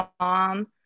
mom